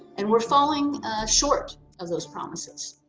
and we're falling short of those promises.